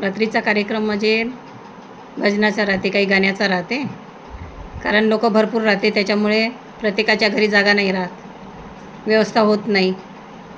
रात्रीचा कार्यक्रम म्हणजे भजनाचा राहते काही गाण्याचा राहते कारण लोकं भरपूर राहते त्याच्यामुळे प्रत्येकाच्या घरी जागा नाही राहत व्यवस्था होत नाही